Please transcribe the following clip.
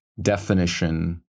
definition